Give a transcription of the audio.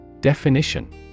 Definition